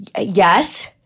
Yes